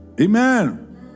Amen